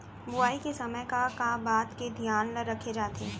बुआई के समय का का बात के धियान ल रखे जाथे?